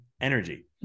energy